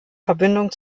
verbindung